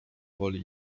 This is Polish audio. woli